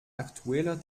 aktueller